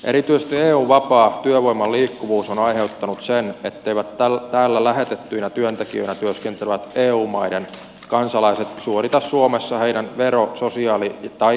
erityisesti eun vapaa työvoiman liikkuvuus on aiheuttanut sen etteivät täällä lähetettyinä työntekijöinä työskentelevät eu maiden kansalaiset suorita suomessa vero sosiaali tai eläkelainsäädännöllisiä velvoitteitaan